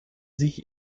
sich